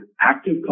active